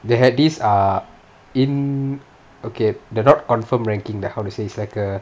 they had these err in okay they're not confirm ranking how to say it's like a